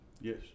Yes